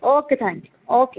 okay thank you okay